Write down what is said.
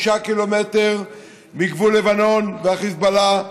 9 ק"מ מגבול לבנון והחיזבאללה,